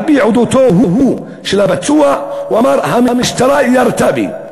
על-פי עדותו של הפצוע, הוא אמר: המשטרה ירתה בי.